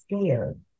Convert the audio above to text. scared